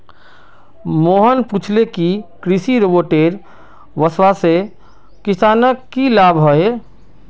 मोहन पूछले कि कृषि रोबोटेर वस्वासे किसानक की लाभ ह ले